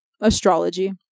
astrology